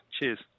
Cheers